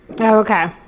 okay